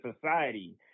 society